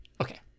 okay